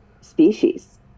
species